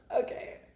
Okay